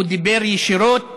הוא דיבר ישירות